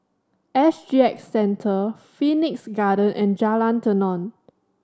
S G X Centre Phoenix Garden and Jalan Tenon